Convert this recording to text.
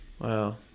wow